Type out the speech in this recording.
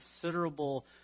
considerable